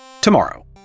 tomorrow